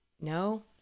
no